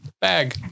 bag